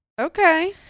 Okay